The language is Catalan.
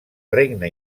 regne